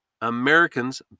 Americans